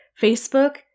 Facebook